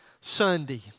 Sunday